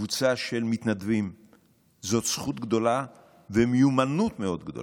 קבוצה של מתנדבים זו זכות גדולה ומיומנות מאוד גדולה.